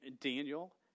Daniel